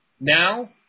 Now